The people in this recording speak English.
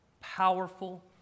powerful